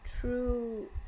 true